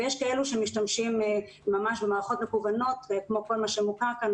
ויש כאלה שמשתמשים ממש במערכות מקוונות כמו כל מה שמוכר כאן,